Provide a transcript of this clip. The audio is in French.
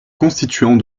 constituant